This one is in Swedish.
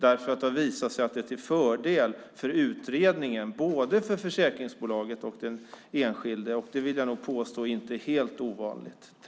Det har visat sig att det är till fördel för utredningen, både för försäkringsbolaget och för den enskilde, och jag vill nog påstå att det inte är helt ovanligt.